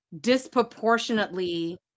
disproportionately